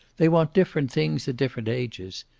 they want different things at different ages.